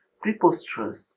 preposterous